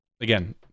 again